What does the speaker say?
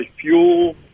fuel